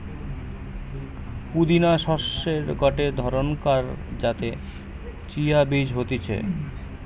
পুদিনা শস্যের গটে ধরণকার যাতে চিয়া বীজ হতিছে